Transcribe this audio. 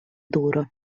duro